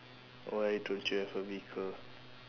why don't you have a vehicle